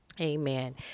Amen